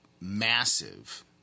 massive